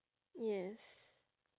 yes